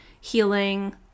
healing